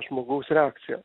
žmogaus reakcija